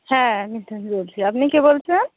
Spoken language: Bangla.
হ্যাঁ মিতাদি বলছি আপনি কে বলছেন